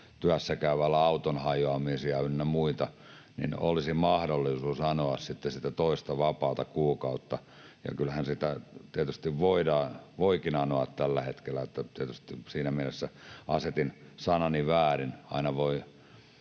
työssäkäyvällä auton hajoamisia ynnä muita, niin olisi mahdollisuus anoa sitten sitä toista vapaata kuukautta — tai kyllähän sitä tietysti voikin anoa tällä hetkellä, että tietysti siinä mielessä asetin sanani väärin, aina voi